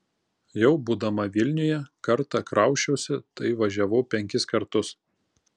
jau būdama vilniuje kartą krausčiausi tai važiavau penkis kartus